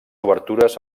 obertures